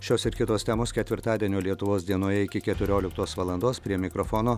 šios ir kitos temos ketvirtadienio lietuvos dienoje iki keturioliktos valandos prie mikrofono